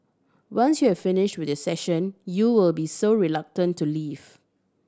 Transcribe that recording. once you're finish with your session you'll be so reluctant to leave